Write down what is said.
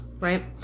right